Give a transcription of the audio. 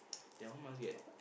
that one must get